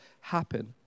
happen